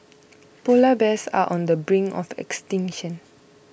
Polar Bears are on the brink of extinction